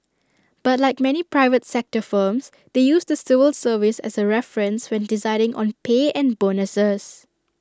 but like many private sector firms they use the civil service as A reference when deciding on pay and bonuses